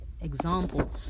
example